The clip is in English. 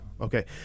okay